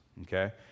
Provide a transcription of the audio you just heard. okay